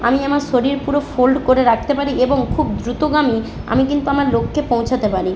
আমি আমার শরীর পুরো ফোল্ড করে রাখতে পারি এবং খুব দ্রুতগামী আমি কিন্তু আমার লক্ষ্যে পৌঁছাতে পারি